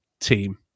team